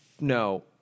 no